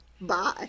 Bye